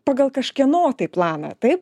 pagal kažkieno tai planą taip